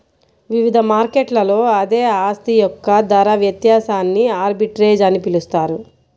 వివిధ మార్కెట్లలో అదే ఆస్తి యొక్క ధర వ్యత్యాసాన్ని ఆర్బిట్రేజ్ అని పిలుస్తారు